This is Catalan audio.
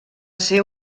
ser